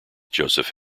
joseph